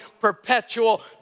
perpetual